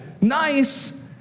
nice